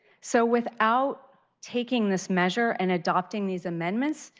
so without taking this measure and adopting these amendments,